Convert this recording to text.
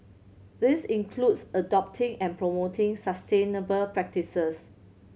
this includes adopting and promoting sustainable practices